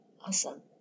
Awesome